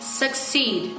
succeed